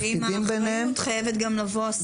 שעם האחריות חייבת לבוא גם הסמכות.